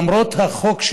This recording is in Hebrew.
למרות החוק,